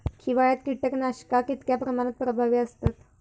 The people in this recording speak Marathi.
हिवाळ्यात कीटकनाशका कीतक्या प्रमाणात प्रभावी असतत?